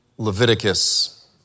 Leviticus